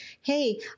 Hey